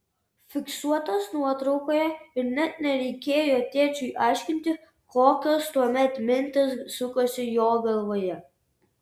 fiksuotas nuotraukoje ir net nereikėjo tėčiui aiškinti kokios tuomet mintys sukosi jo galvoje